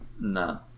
No